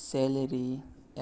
salary